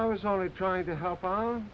i was only trying to help